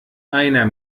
einer